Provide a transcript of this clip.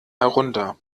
herunter